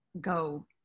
go